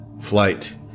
flight